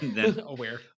Aware